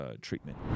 treatment